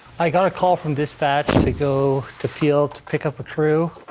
i got a call from dispatch to go to field to pick up a crew.